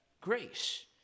grace